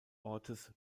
ortes